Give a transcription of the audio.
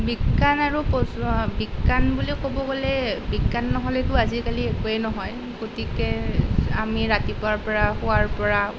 বিজ্ঞান আৰু পযু বিজ্ঞান বুলি ক'ব গ'লে বিজ্ঞান নহ'লেতো আজিকালি একোৱেই নহয় গতিকে আমি ৰাতিপুৱাৰ পৰা শোৱাৰ পৰা